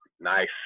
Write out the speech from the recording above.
nice